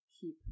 keep